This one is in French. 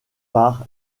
par